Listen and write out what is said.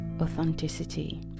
authenticity